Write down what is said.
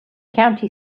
county